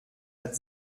hat